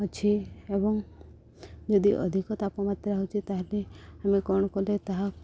ଅଛି ଏବଂ ଯଦି ଅଧିକ ତାପମାତ୍ରା ହେଉଛି ତା'ହେଲେ ଆମେ କ'ଣ କଲେ ତାହା